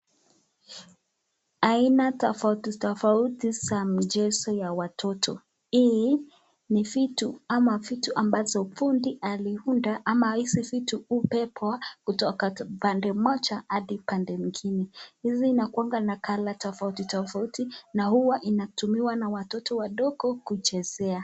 Aina tofauti tofauti za mchezo ya watoto. Hii ni vitu ama vitu ambazo fundi aliunda ama hizi vitu hubebwa kutoka pande moja hadi pande ingine. Hizi inakuanga na [color] tofauti tofauti na huwa inatumiwa na watoto wadogo kuchezea.